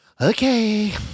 Okay